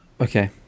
Okay